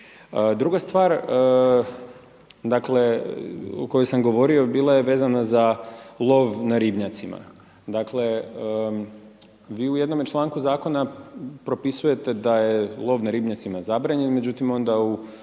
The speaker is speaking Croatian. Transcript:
Druga stvar, dakle o kojoj sam govorio bila je vezana za lov na ribnjacima. Dakle, vi u jednome članku zakona propisujete da je lov na ribnjacima zabranjen, međutim onda u